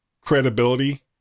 credibility